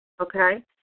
Okay